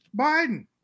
Biden